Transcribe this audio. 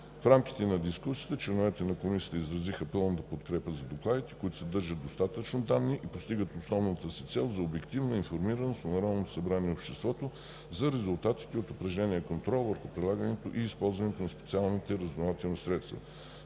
В рамките на дискусията членовете на Комисията изразиха пълната си подкрепа за докладите, които съдържат достатъчно данни и постигат основната си цел за обективна информираност на Народното събрание и обществото, за резултатите от упражнения контрол върху прилагането и използването на специалните разузнавателни средства.